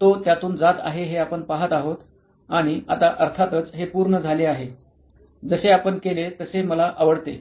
तो त्यातून जात आहे हे आपण पहात आहोत आणि आता अर्थातच हे पूर्ण झाले आहे जसे आपण केले तसे मला आवडते